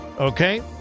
Okay